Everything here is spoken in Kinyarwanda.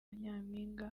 nyampinga